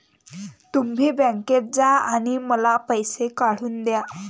तुम्ही बँकेत जा आणि मला पैसे काढून दया